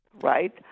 right